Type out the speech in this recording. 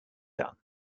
done